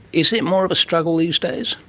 is it more of a struggle these days?